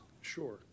Sure